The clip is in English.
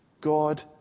God